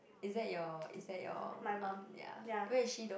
is that your is that your um ya where is she though